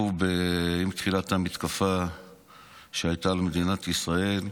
עם תחילת המתקפה שהייתה על מדינת ישראל.